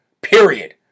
Period